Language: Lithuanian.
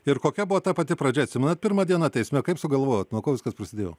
ir kokia buvo ta pati pradžia atsimenat pirmą dieną teisme kaip sugalvojot nuo ko viskas prasidėjo